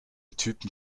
typen